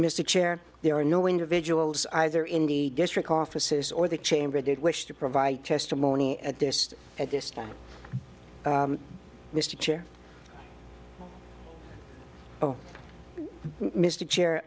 a chair there were no individuals either in the district offices or the chamber did wish to provide testimony at this at this time mr chair oh mr chair